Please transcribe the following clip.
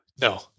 no